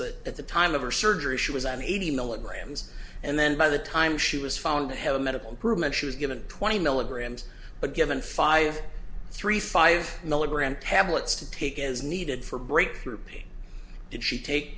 that at the time of her surgery she was an eighty milligrams and then by the time she was found to have a medical group and she was given twenty milligrams but given five three five milligram tablets to take as needed for breakthrough pain did she take